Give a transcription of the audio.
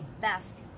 best